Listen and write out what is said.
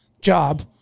job